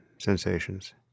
sensations